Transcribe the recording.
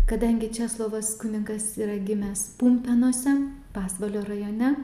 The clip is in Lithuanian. kadangi česlovas kunigas yra gimęs pumpėnuose pasvalio rajone